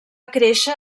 créixer